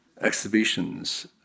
exhibitions